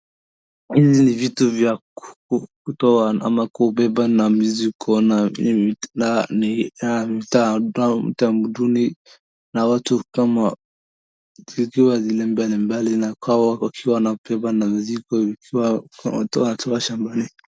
Hizi ni vitu vya kutoa ama kubeba na mizigo na ni mtaa ya tamaduni na watu kama vitu mbelembele na kwao wakiwa wanabeba na mzigo wakiwa wanatoa tu shambani.